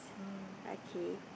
okay